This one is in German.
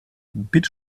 bitte